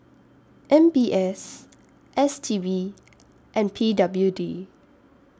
M B S S T B and P W D